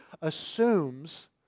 assumes